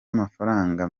amafaranga